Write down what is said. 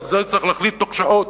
ועל זה צריך להחליט בתוך שעות,